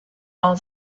all